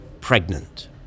pregnant